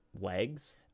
legs